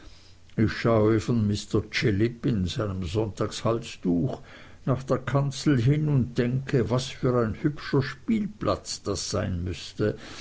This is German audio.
ich schaue von mr chillip in seinem sonntagshalstuch nach der kanzel hin und denke was für ein hübscher spielplatz das sein müßte